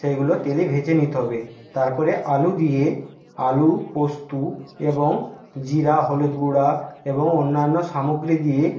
সেইগুলো তেলে ভেজে নিতে হবে তারপরে আলু দিয়ে আলু পোস্তু এবং জিরা হলুদ গুঁড়ো এবং অন্যান্য সামগ্রী দিয়ে